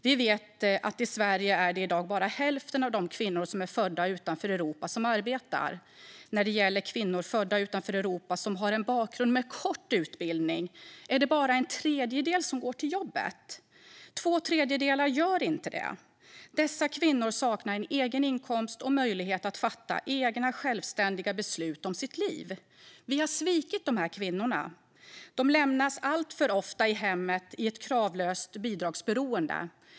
Vi vet att i Sverige är det i dag bara hälften av de kvinnor som är födda utanför Europa som arbetar. När det gäller kvinnor födda utanför Europa som har en bakgrund med kort utbildning är det bara en tredjedel som går till jobbet. Två tredjedelar gör inte det. Dessa kvinnor saknar en egen inkomst och möjlighet att fatta egna, självständiga beslut om sitt liv. Vi har svikit de här kvinnorna. De lämnas alltför ofta i hemmet i ett kravlöst bidragsberoende.